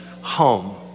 home